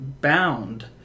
bound